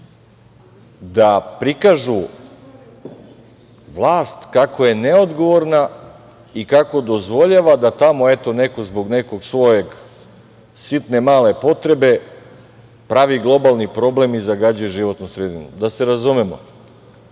da prikažu vlast kako je neodgovorna i kako dozvoljava da tamo eto neko, zbog nekog svoje sitne male potrebe pravi globalni problem i zagađuje životnu sredinu. Da se razumemo,